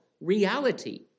reality